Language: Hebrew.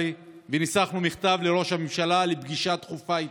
וניסחנו מכתב לראש הממשלה לפגישה דחופה איתו.